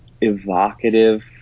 evocative